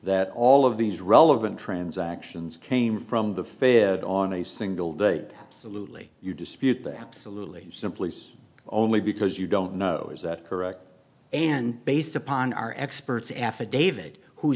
that all of these relevant transactions came from the fare on a single day salute you dispute the absolutely simply only because you don't know is that correct and based upon our experts affidavit who